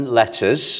letters